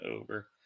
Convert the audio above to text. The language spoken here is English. over